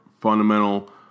fundamental